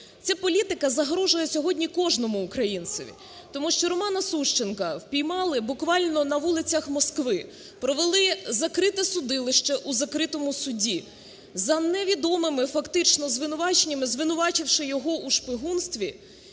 Ця політика загрожує сьогодні кожному українцеві, тому що Романа Сущенка впіймали буквально на вулицях Москви, провели закрите судилище у закритому суді за невідомими фактично звинуваченнями, звинувативши його у шпигунстві